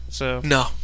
No